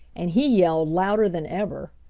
and he yelled louder than ever.